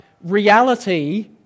reality